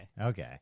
Okay